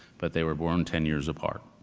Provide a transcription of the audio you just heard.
but they were born ten years apart,